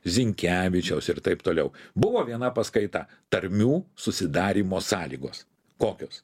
zinkevičiaus ir taip toliau buvo viena paskaita tarmių susidarymo sąlygos kokios